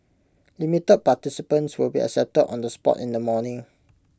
limited participants will be accepted on the spot in the morning